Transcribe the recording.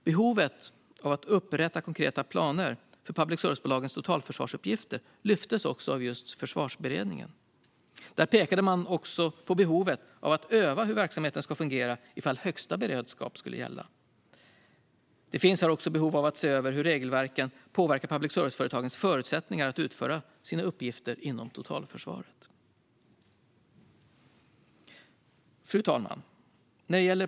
Behovet av att upprätta konkreta planer för public service-bolagens totalförsvarsuppgifter lyftes också av Försvarsberedningen. Där pekade man på behovet av att öva på hur verksamheten ska fungera ifall högsta beredskap skulle gälla. Det finns här också behov av att se över hur regelverken påverkar public service-företagens förutsättningar att utföra sina uppgifter inom totalförsvaret. Fru talman!